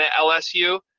LSU